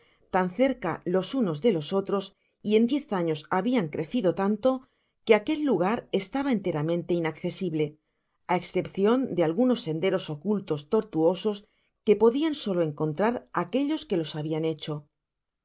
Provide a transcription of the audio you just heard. tan cerca los unos de los otros y en diez años habian crecido tanto que aquel lugar estaba enteramente inaccesible á excepcion de algunos senderos ocultos tortuosos que podian solo encontrar aquellos que os habian hecho